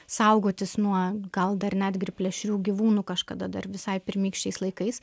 saugotis nuo gal dar netgi plėšrių gyvūnų kažkada dar visai pirmykščiais laikais